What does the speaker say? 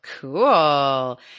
Cool